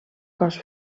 cos